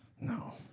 No